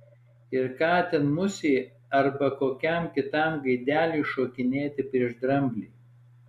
ir ką ten musei arba kokiam kitam gaideliui šokinėti prieš dramblį